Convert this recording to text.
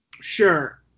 Sure